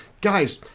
Guys